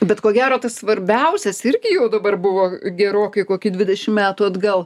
bet ko gero tas svarbiausias irgi jau dabar buvo gerokai kokių dvidešim metų atgal